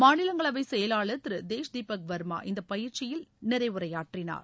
மாநிலங்களவைச் செயலாளர் திரு தேஷ் தீபக் வர்மா இந்த பயிற்சியில் நிறைவுரையாற்றினார்